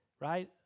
right